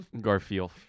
Garfield